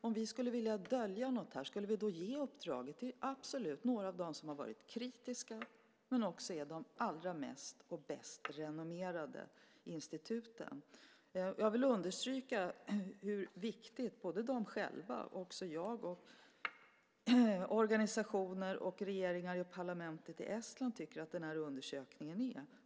Om vi skulle vilja dölja något här, skulle vi då ge uppdraget till några av dem som varit kritiska men som också är de allra mest och bäst renommerade instituten? Jag vill understryka hur viktig de själva och också jag, organisationer, regeringar och det estniska parlamentet tycker att den här undersökningen är.